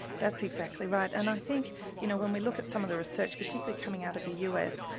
that's exactly right. and i think you know when we look at some of the research, particularly coming out of the us,